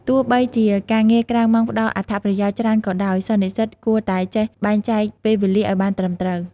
ទោះបីជាការងារក្រៅម៉ោងផ្ដល់អត្ថប្រយោជន៍ច្រើនក៏ដោយ សិស្សនិស្សិតគួរតែចេះបែងចែកពេលវេលាឱ្យបានត្រឹមត្រូវ។